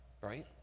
right